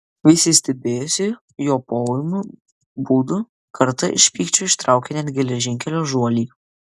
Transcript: visi stebėjosi jo poūmiu būdu kartą iš pykčio ištraukė net geležinkelio žuolį